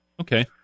Okay